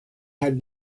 had